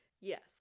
yes